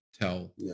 tell